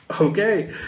Okay